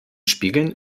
spiegeln